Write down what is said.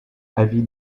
avis